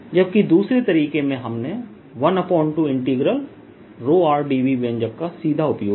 जबकि दूसरे तरीके में हमने 12rdV व्यंजक का सीधा उपयोग किया